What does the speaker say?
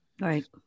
Right